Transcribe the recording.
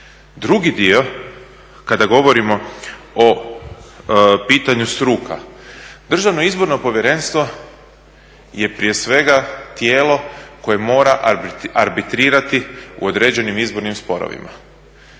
Drugi dio, kada govorimo o pitanju struka. Državno izborno povjerenstvo je prije svega tijelo koje mora arbitrirati u određenim izbornim sporovima.